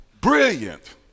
brilliant